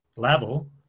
level